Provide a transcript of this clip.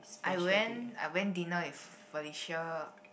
I went I went dinner with Felicia